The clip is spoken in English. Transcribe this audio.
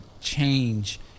change